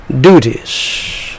duties